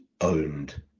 owned